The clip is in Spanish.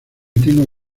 tengo